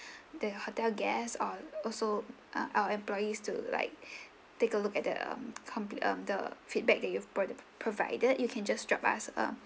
the hotel guests or also uh our employees to like take a look at the um compli~ um the feedback that you've pro~ provided you can just drop us a